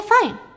fine